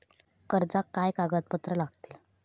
कर्जाक काय कागदपत्र लागतली?